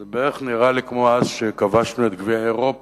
זה נראה לי בערך כמו אז כשכבשנו את גביע אירופה